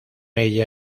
ella